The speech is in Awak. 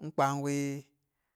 ɪng kwan wɪ.